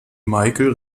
michael